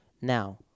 Now